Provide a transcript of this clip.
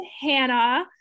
Hannah